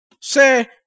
Say